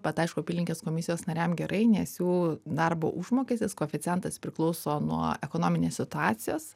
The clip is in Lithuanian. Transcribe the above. bet aišku apylinkės komisijos nariam gerai nes jų darbo užmokestis koeficientas priklauso nuo ekonominės situacijos